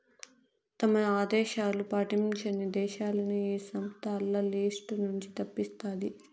తమ ఆదేశాలు పాటించని దేశాలని ఈ సంస్థ ఆల్ల లిస్ట్ నుంచి తప్పిస్తాది